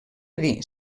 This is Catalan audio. dir